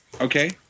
Okay